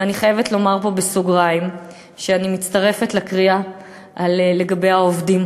ואני חייבת לומר פה בסוגריים שאני מצטרפת לקריאה לגבי העובדים.